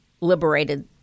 liberated